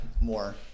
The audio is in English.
more